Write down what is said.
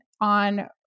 on